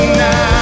now